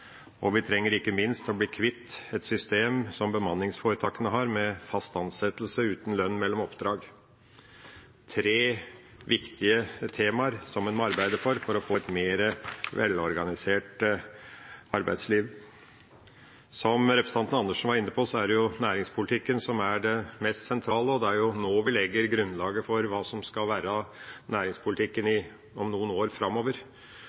og vi trenger ikke minst å bli kvitt det systemet som bemanningsforetakene har, med fast ansettelse uten lønn mellom oppdrag – tre viktige temaer som en må arbeide med for å få et mer velorganisert arbeidsliv. Som representanten Dag Terje Andersen var inne på, er det næringspolitikken som er det mest sentrale, og det er nå vi legger grunnlaget for hva som skal være næringspolitikken i noen år framover.